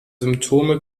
symptome